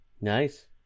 Nice